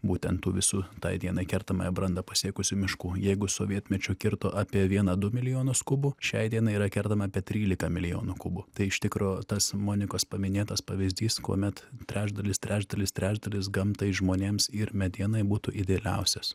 būtent tų visų tai dienai kertamąją brandą pasiekusių miškų jeigu sovietmečiu kirto apie vieną du milijonus kubų šiai dienai yra kertame apie trylika milijonų kubų tai iš tikro tas monikos paminėtas pavyzdys kuomet trečdalis trečdalis trečdalis gamtai žmonėms ir medienai būtų idealiausias